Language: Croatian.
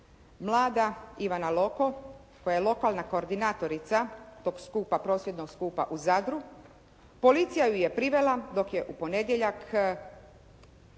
mlada Ivana Loko koja je lokalna koordinatorica tog prosvjednog skupa u Zadru, policija ju je privela dok je u ponedjeljak,